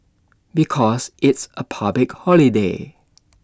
because it's A public holiday